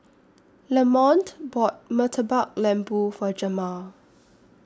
Lamont bought Murtabak Lembu For Jemal